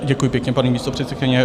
Děkuji pěkně, paní místopředsedkyně.